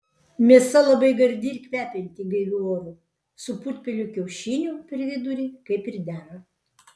mėsa labai gardi ir kvepianti gaiviu oru su putpelių kiaušiniu per vidurį kaip ir dera